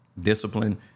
discipline